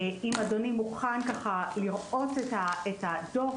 אם אדוני מוכן ככה לראות את הדוח,